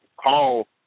call